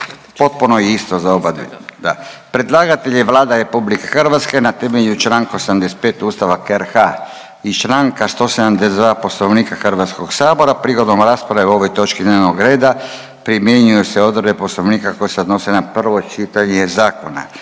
potpuno je isto za oba dve, da. Predlagatelj je Vlada RH na temelju čl. 85 Ustava RH i čl. 172 Poslovnika Hrvatskoga sabora. Prigodom rasprave o ovoj točki dnevnog reda primjenjuju se odredbe Poslovnika koje se odnose na prvo čitanje zakona.